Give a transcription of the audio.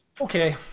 Okay